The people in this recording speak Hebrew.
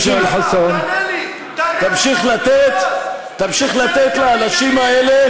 תמשיך להגן עליהם.